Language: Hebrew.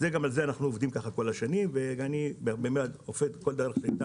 אני מבינה של"מובילאיי"